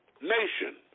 nation